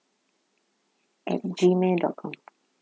at G mail dot com